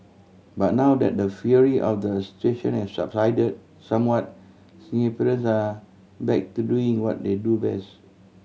but now that the fury of the situation have subsided somewhat Singaporeans are back to doing what they do best